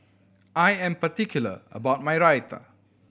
I am particular about my Raita